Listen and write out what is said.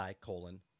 colon